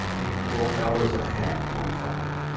equal, l is a half, point five.